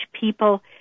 people